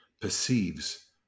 Perceives